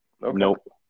Nope